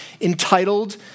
entitled